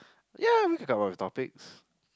ya we could talk about the topics